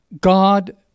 God